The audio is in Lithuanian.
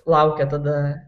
laukia tada